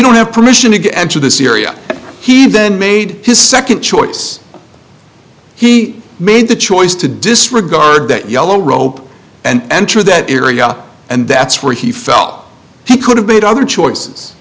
don't have permission to enter the syria he then made his second choice he made the choice to disregard that yellow rope and enter that area and that's where he felt he could have made other choices